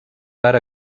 per